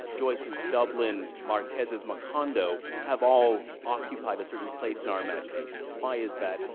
joyce's dublin, marquez's macondo, have all occupied a certain place in our imaginations. why is that?